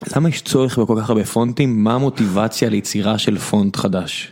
למה יש צורך בכל כך הרבה פונטים? מה המוטיבציה ליצירה של פונט חדש?